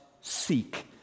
seek